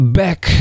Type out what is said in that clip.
back